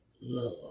love